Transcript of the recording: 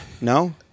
No